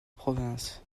province